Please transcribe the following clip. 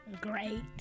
great